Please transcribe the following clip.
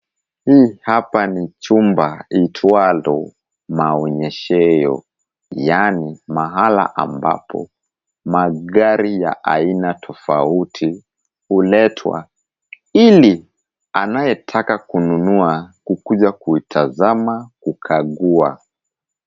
Hili hapa ni chumba liitwalo maonyesheyo, yaani mahala ambapo magari ya aina tofauti huletwa, ili anayetaka kununua kukuja kuitazama kukagua.